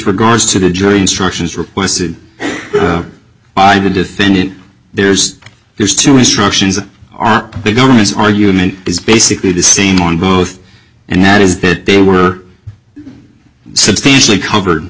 regards to the jury instructions requested by the defendant there's there's two instructions that are the government's argument is basically the same on both and that is that they were substantially covered